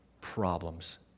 problems